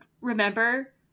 Remember